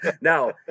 Now